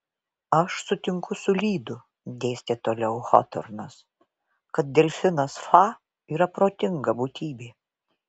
aš sutinku su lydu dėstė toliau hotornas kad delfinas fa yra protinga būtybė